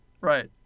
Right